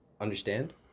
understand